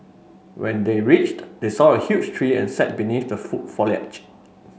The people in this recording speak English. when they reached they saw a huge tree and sat beneath the full foliage